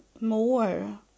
more